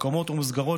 מקומות ומסגרות